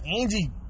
Angie